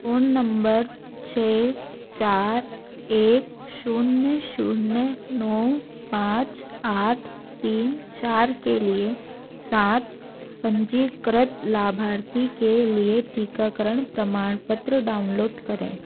phone number एक शून्य शून्य नौ पाँच आठ तीन चार के लिए सात पंजीकृत लाभर्ती के लिए टीकाकरण प्रमाणपत्र डाउनलोड करें